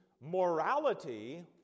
morality